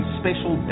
special